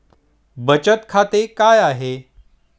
बचत खाते काय आहे?